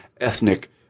ethnic